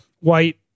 white